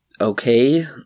Okay